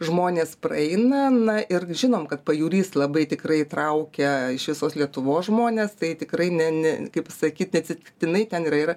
žmonės praeina na ir žinom kad pajūrys labai tikrai traukia iš visos lietuvos žmones tai tikrai ne ne kaip pasakyt ne atsitiktinai ten yra yra